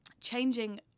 changing